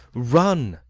run,